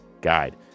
guide